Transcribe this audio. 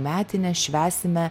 metines švęsime